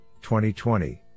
2020